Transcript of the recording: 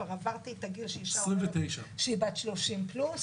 כבר עברתי את הגיל שאישה אומרת שהיא בת 30 פלוס,